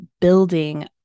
building